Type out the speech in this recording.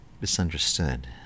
Misunderstood